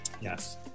Yes